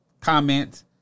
comment